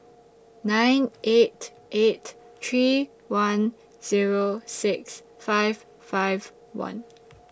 nine eight eight three one Zero six five five one